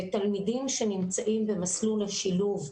תלמידים שנמצאים במסלול לשילוב,